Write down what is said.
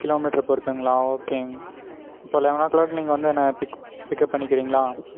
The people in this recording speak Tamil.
கிலோ மீட்டரை பொறுத்துங்களா ஓகேங்க இப்போ லவன் ஓ கிளாக் நீங்கள் வந்து என்னை பிக் பிக்அப் பண்ணிக்கிறிங்களா